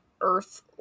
earth